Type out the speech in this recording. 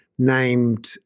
Named